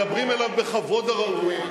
מדברים אליו בכבוד הראוי.